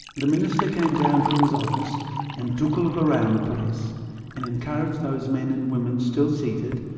the minister came down from his office and took a look around the place and encouraged those men and women still seated,